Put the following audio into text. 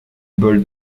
ball